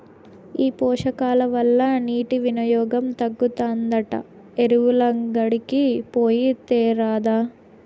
ఈ పోషకాల వల్ల నీటి వినియోగం తగ్గుతాదంట ఎరువులంగడికి పోయి తేరాదా